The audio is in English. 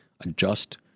adjust